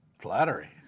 Flattery